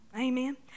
Amen